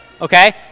Okay